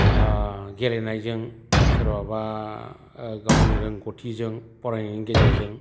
गेलेनायजों सोरबाबा गावनि रोंगौथिजों फरायनायनि गेजेरजों